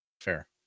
fair